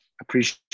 appreciate